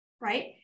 right